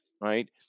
right